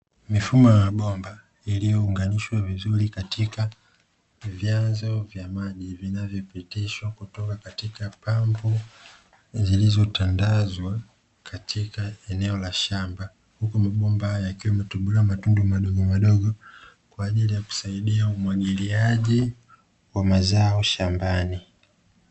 Mifumo ya mabomba iliyo unganishwa vizuri katika vyanzo vya maji vinavyo pitishwa katika kutoka pampu zilizo tandazwa katika eneo la shamba, huku mambomba yakiwa yametobolewa matundu madogo madogo kwajili ya kusaidia umwagiliaji wa mazao shambani.